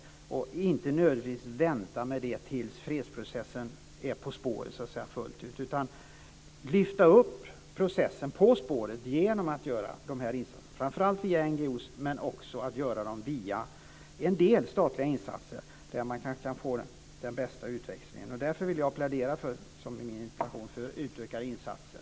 Man bör inte nödvändigtvis vänta med det tills fredsprocessen så att säga är fullt ut på spåret, utan man bör lyfta upp processen på spåret genom att göra insatser framför allt via NGO:er. Men man bör också göra en del statliga insatser där man kan få den bästa utväxlingen. Därför vill jag, som i min interpellation, plädera för utökade insatser.